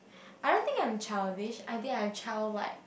I don't think I am childish I think I am childlike